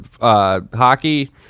hockey